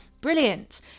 brilliant